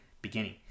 beginning